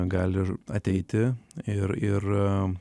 gali ateiti ir ir